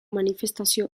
manifestazio